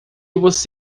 você